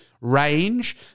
range